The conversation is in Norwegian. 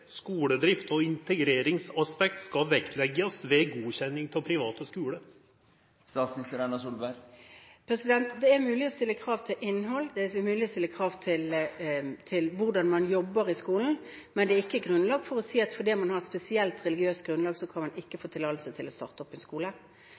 og integreringsaspektet skal vektleggjast ved ei godkjenning av private skuler? Det er mulig å stille krav til innhold, og det er mulig å stille krav til hvordan man jobber i skolen. Men det er ikke grunnlag for å si at fordi man har et spesielt religiøst grunnlag, kan man ikke få